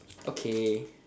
okay